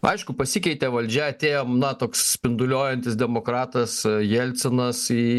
aišku pasikeitė valdžia atėjom na toks spinduliuojantis demokratas jelcinas į